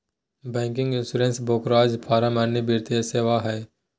banking, insurance, brokerage firm अन्य वित्तीय सेवा हय